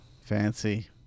Fancy